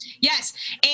Yes